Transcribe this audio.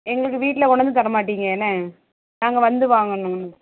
எங்களுக்கு வீட்டில் கொண்டு வந்து தரமாட்டீங்க என்ன நாங்கள் வந்து வாங்கணும்